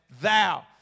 thou